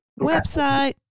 Website